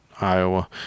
Iowa